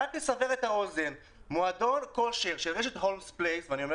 רק לסבר את האוזן: מועדון כושר של רשת הולמס פלייס ואני אומר